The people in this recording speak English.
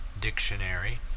dictionary